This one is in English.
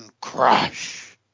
Crash